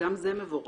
גם זה מבורך.